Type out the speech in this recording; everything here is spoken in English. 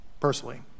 Personally